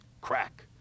crack